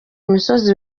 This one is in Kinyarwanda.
imisozi